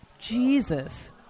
Jesus